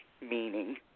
meaning